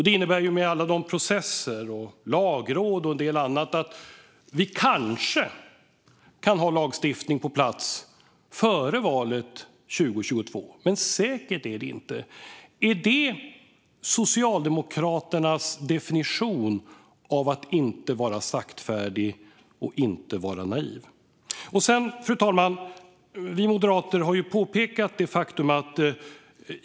Det innebär, med alla processer med lagråd och en del annat, att vi kanske kan ha lagstiftning på plats före valet 2022, men säkert är det inte. Är detta Socialdemokraternas definition av att inte vara saktfärdig och inte vara naiv? Fru talman!